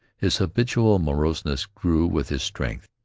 his habitual moroseness grew with his strength,